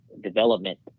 development